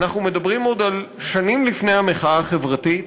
אנחנו מדברים על שנים לפני המחאה החברתית,